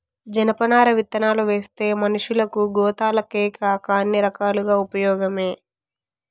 జనపనార విత్తనాలువేస్తే మనషులకు, గోతాలకేకాక అన్ని రకాలుగా ఉపయోగమే